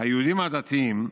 היהודים הדתיים,